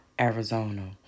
Arizona